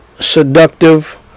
seductive